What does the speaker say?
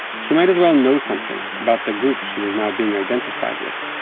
she might as well know something about the group she was now being identified with